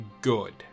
good